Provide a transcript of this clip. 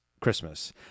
Christmas